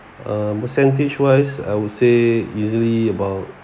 um percentage wise I would say easily about